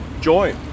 joy